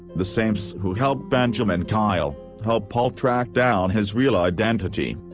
the same cece who helped benjaman kyle helped paul track down his real identity.